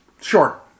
Sure